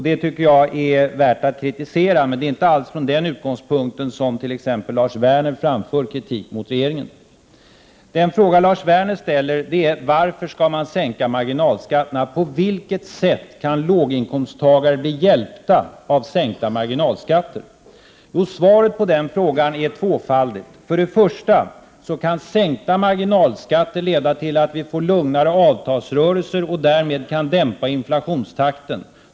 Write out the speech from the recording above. Det tycker jag är värt att kritisera, men det är inte alls från den utgångspunkten som t.ex. Lars Werner framför kritik mot regeringen. Lars Werner ställer frågan: På vilket sätt kan låginkomsttagare bli hjälpta av sänkta marginalskatter? Svaret på den frågan är tvåfaldigt. För det första kan sänkta marginalskatter leda till att vi får lugnare avtalsrörelser, och därmed kan vi dämpa inflationstakten.